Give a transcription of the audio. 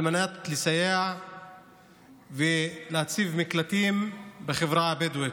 על מנת לסייע ולהציב מקלטים בחברה הבדואית,